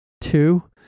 two